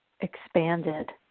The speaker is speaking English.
expanded